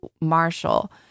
Marshall